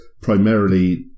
primarily